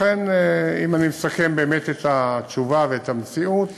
לכן, אם אני מסכם את התשובה ואת המציאות,